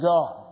God